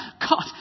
God